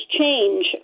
change